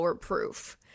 proof